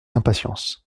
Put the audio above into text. impatience